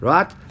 Right